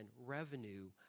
revenue